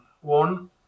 one